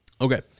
okay